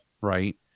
right